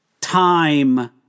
time